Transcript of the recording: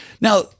Now